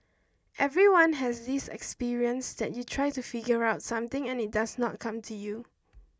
everyone has this experience that you try to figure out something and it does not come to you